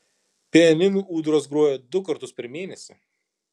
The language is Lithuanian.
pianinu ūdros groja du kartus per mėnesį